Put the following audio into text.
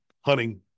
hunting